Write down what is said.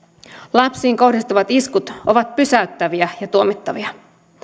lapsiin kohdistuvat iskut ovat pysäyttäviä ja tuomittavia